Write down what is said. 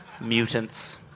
mutants